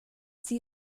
sie